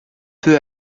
peu